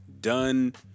done